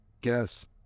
guess